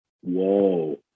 Whoa